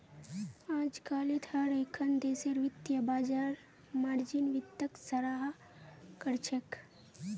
अजकालित हर एकखन देशेर वित्तीय बाजार मार्जिन वित्तक सराहा कर छेक